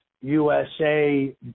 USA